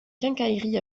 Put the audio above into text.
quincaillerie